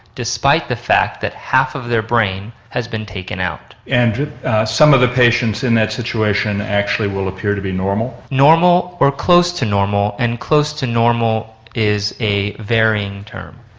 despite the fact that half of their brain has been taken out. and some of the patients in that situation actually will appear to be normal? normal or close to normal and close to normal is a varying term.